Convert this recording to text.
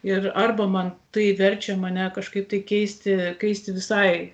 ir arba man tai verčia mane kažkaip tai keisti keisti visai